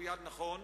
והוא יעד נכון,